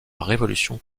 révolution